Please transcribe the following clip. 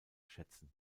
schätzen